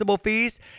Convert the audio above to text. Fees